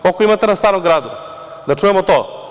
Koliko imate na Starom Gradu, da čujemo to?